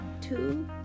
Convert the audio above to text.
two